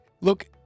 Look